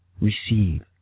Receive